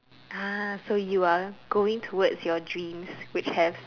uh so you are going towards your dreams which have